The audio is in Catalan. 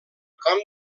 camp